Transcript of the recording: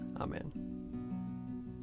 Amen